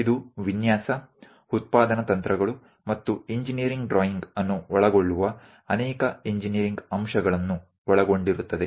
ಇದು ವಿನ್ಯಾಸ ಉತ್ಪಾದನಾ ತಂತ್ರಗಳು ಮತ್ತು ಇಂಜಿನೀರಿಂಗ್ ಡ್ರಾಯಿಂಗ್ ಅನ್ನು ಒಳಗೊಳ್ಳುವ ಅನೇಕ ಇಂಜಿನೀರಿಂಗ್ ಅಂಶಗಳನ್ನು ಒಳಗೊಂಡಿರುತ್ತದೆ